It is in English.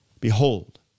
Behold